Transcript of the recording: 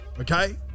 okay